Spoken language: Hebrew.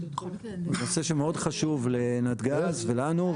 זה נושא שמאוד חשוב לנתג"ז ולנו,